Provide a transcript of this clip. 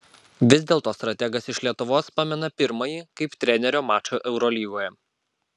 vis dėlto strategas iš lietuvos pamena pirmąjį kaip trenerio mačą eurolygoje